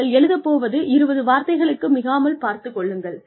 நீங்கள் எழுதப் போவது 20 வார்த்தைகளுக்கு மிகாமல் பார்த்துக் கொள்ளுங்கள்